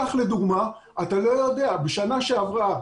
בשנה שעברה,